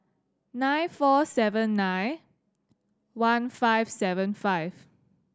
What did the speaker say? nine four seven nine one five seven five